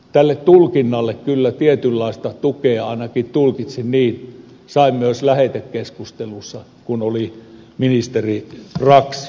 tälle tulkinnalle kyllä tietynlaista tukea ainakin tulkitsin niin sain myös lähetekeskustelussa kun ministeri brax oli paikalla